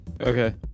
Okay